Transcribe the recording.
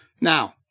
Now